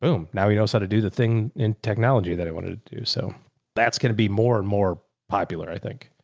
um now he knows how to do the thing in technology that i wanted to do. so that's going to be more and more popular, i think.